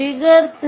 figure 3